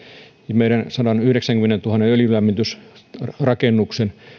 meidän sadanyhdeksänkymmenentuhannen öljylämmitysrakennuksen